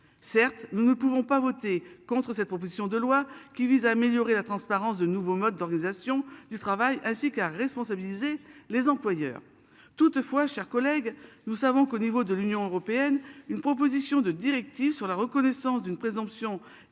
Certes, nous ne pouvons pas voter contre cette proposition de loi qui vise à améliorer la transparence de nouveaux modes d'organisation du travail ainsi qu'à responsabiliser les employeurs. Toutefois, chers collègues, nous savons qu'au niveau de l'Union européenne une proposition de directive sur la reconnaissance d'une présomption